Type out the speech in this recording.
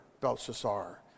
Belshazzar